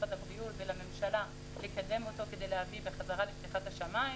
למשרד הבריאות ולממשלה לקדם אותו כדי להביא חזרה לפתיחת השמים.